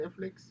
Netflix